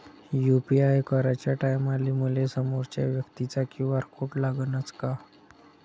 UPI कराच्या टायमाले मले समोरच्या व्यक्तीचा क्यू.आर कोड लागनच का?